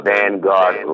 Vanguard